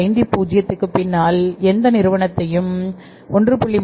50 க்கு பின்னால் எந்த நிறுவனத்தையும் 1